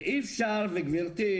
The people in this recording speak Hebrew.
וגברתי,